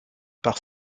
par